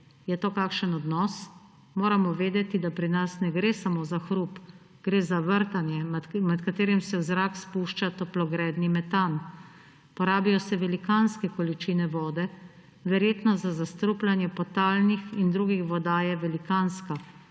Je to kakšen odnos? Moramo vedeti, da pri nas ne gre samo za hrup, gre za vrtanje, med katerim se v zrak spušča toplogredni metan. Porabijo se velikanske količine vode, verjetnost za zastrupljanje podtalnih in drugih voda je velikanska,